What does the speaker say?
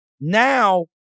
now